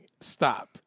Stop